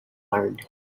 learned